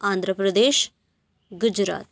Andhra Pradesh Gujarat